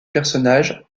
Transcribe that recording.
personnage